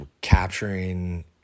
capturing